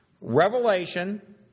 revelation